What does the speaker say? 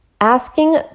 Asking